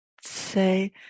say